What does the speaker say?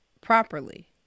properly